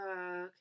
okay